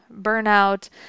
burnout